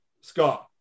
Scott